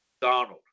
Donald